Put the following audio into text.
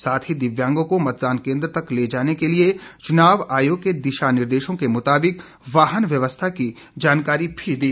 साथ ही दिव्यांगों को मतदान केन्द्र तक ले जाने के लिए चुनाव आयोग के दिशानिर्देशों के मुताबिक वाहन व्यवस्था की जानकारी भी दी